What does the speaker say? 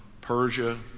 Persia